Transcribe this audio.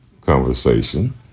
conversation